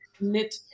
knit